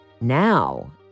Now